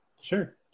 Sure